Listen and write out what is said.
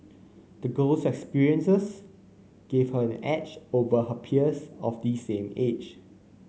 the girl's experiences gave her an edge over her peers of the same age